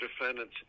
defendant's